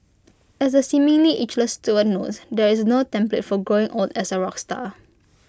as the seemingly ageless Stewart notes there is no template for growing old as A rock star